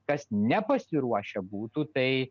kas nepasiruošę būtų tai